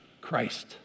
Christ